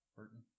Burton